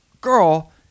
girl